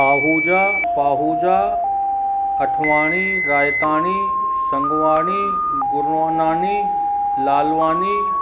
Ahuja Pahuja Athwani Raitani Sangwani Gurunani Lalwani